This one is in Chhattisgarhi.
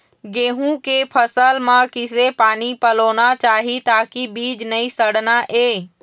गेहूं के फसल म किसे पानी पलोना चाही ताकि बीज नई सड़ना ये?